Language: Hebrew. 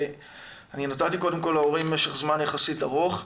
אני נתתי קודם כל להורים משך זמן יחסית ארוך,